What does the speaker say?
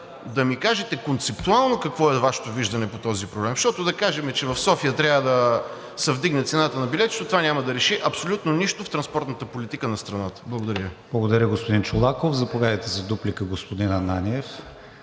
да ми кажете концептуално какво е Вашето виждане по този проблем? Защото, да кажем, че в София трябва да се вдигне цената на билетите, но това няма да реши абсолютно нищо в транспортната политика на страната. Благодаря Ви. ПРЕДСЕДАТЕЛ КРИСТИАН ВИГЕНИН: Благодаря, господин Чолаков. Заповядайте за дуплика, господин Ананиев.